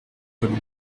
comme